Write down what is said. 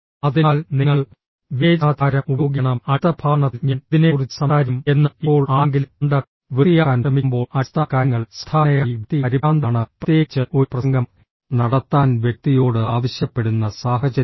അതിനാൽ നിങ്ങൾ വിവേചനാധികാരം ഉപയോഗിക്കണം അടുത്ത പ്രഭാഷണത്തിൽ ഞാൻ ഇതിനെക്കുറിച്ച് സംസാരിക്കും എന്നാൽ ഇപ്പോൾ ആരെങ്കിലും തൊണ്ട വൃത്തിയാക്കാൻ ശ്രമിക്കുമ്പോൾ അടിസ്ഥാന കാര്യങ്ങൾ സാധാരണയായി വ്യക്തി പരിഭ്രാന്തനാണ് പ്രത്യേകിച്ച് ഒരു പ്രസംഗം നടത്താൻ വ്യക്തിയോട് ആവശ്യപ്പെടുന്ന സാഹചര്യത്തിൽ